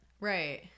Right